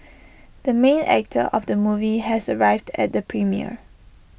the main actor of the movie has arrived at the premiere